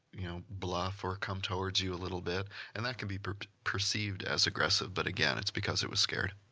you know, bluff or come towards you a little bit and that can be perceived perceived as aggressive. but again, it's because it was scared.